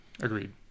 Agreed